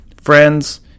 friends